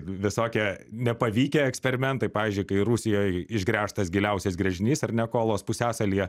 visokie nepavykę eksperimentai pavyzdžiui kai rusijoj išgręžtas giliausias gręžinys ar ne kolos pusiasalyje